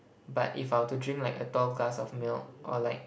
but if I were to drink like a tall glass of milk or like